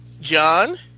John